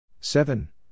seven